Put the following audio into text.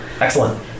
Excellent